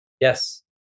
Yes